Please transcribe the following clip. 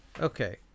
Okay